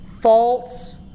false